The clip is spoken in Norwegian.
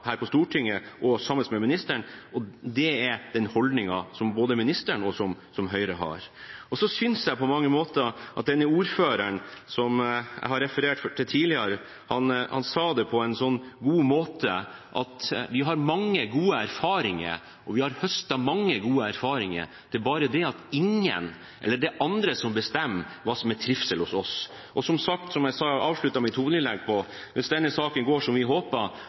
her på Stortinget og sammen med ministeren. Det er den holdningen både ministeren og Høyre har. Jeg synes på mange måter at ordføreren som jeg har referert til tidligere, sa det på en så god måte: Vi har mange gode erfaringer, og vi har høstet mange gode erfaringer, det er bare det at det er andre som bestemmer hva som er trivsel hos oss. Som sagt, og som jeg avsluttet mitt hovedinnlegg med: Hvis denne saken går som vi håper,